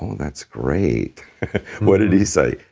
that's great what did he say?